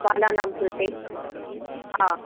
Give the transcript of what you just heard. बालानां कृते हा